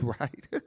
right